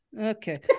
Okay